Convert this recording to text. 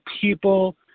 people